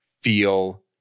feel